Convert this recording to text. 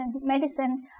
Medicine